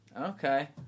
Okay